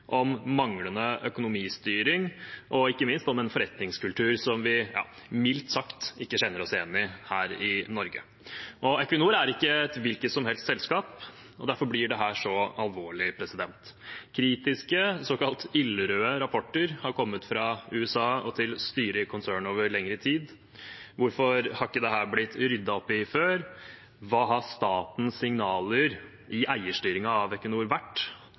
om manglende økonomistyring og ikke minst om en forretningskultur som vi mildt sagt ikke kjenner oss igjen i her i Norge. Equinor er ikke et hvilket som helst selskap, og derfor blir dette så alvorlig. Kritiske, såkalt illrøde, rapporter har kommet fra USA og til styret i konsernet over lengre tid. Hvorfor har ikke dette blitt ryddet opp i før? Hva har statens signaler i eierstyringen av Equinor vært?